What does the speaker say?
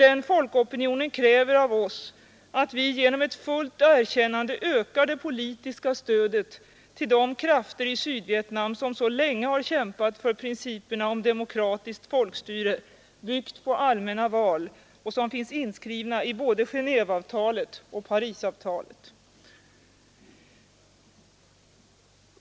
Denna folkopinion kräver av oss att vi genom ett fullt erkännande ökar det politiska stödet till de krafter i Sydvietnam som så länge har kämpat för de principer om demokratiskt folkstyre byggt på allmänna val som finns inskrivna i både Genéveavtalet och Parisavtalet.